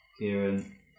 Kieran